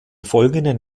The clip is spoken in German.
folgenden